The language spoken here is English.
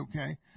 okay